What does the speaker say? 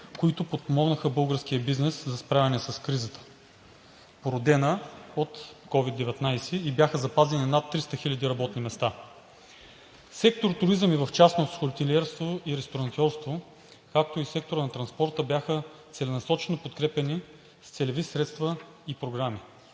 които подпомогнаха българския бизнес за справяне с кризата, породена от COVID-19, и бяха запазени над 300 хил. работни места. Сектор „Туризъм“ и в частност „Хотелиерство и ресторантьорство“, както и сектора на транспорта, бяха целенасочено подкрепяни с целеви средства и програми,